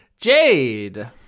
Jade